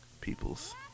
people's